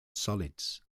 solids